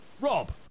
rob